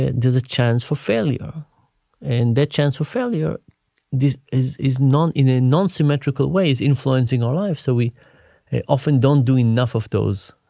and is a chance for failure and their chance for failure this is is not in a non symmetrical ways influencing our lives. so we often don't do enough of those.